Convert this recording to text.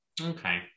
okay